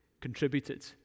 contributed